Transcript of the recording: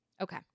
Okay